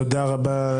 תודה רבה.